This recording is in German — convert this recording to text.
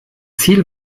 ziel